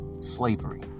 slavery